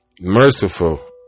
merciful